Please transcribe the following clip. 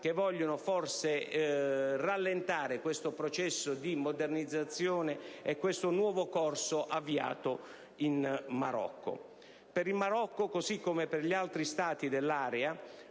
che vogliono forse rallentare il processo di modernizzazione e il nuovo corso avviato in Marocco. Per il Marocco, così come per gli altri Stati dell'area,